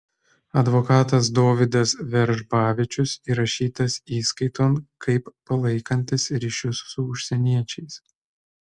advokatas dovydas veržbavičius įrašytas įskaiton kaip palaikantis ryšius su užsieniečiais